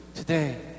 Today